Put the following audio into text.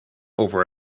over